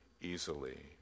easily